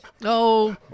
No